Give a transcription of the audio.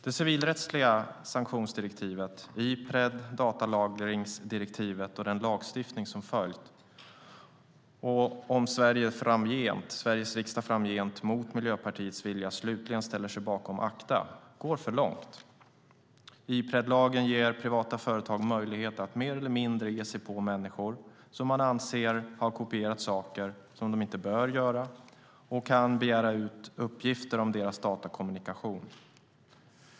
Det civilrättsliga sanktionsdirektivet, Ipred, datalagringsdirektivet och den lagstiftning som följt och slutligen ACTA - om Sveriges riksdag framgent mot Miljöpartiets vilja kommer att stå bakom det - går för långt. Ipredlagen ger privata företag möjlighet att mer eller mindre ge sig på människor som man anser har kopierat saker som de inte bör kopiera och att begära ut uppgifter om deras datakommunikation.